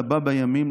לבא בימים,